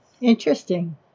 interesting